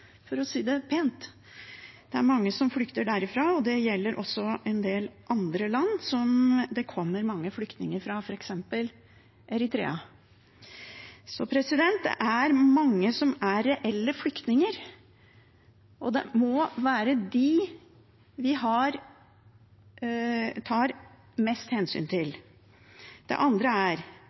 å si det pent. Det er mange som flykter derfra. Også fra en del andre land kommer det mange flyktninger, f.eks. fra Eritrea. Så det er mange som er reelle flyktninger. Det må være dem vi tar mest hensyn til. Det andre er: